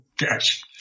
yes